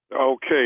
Okay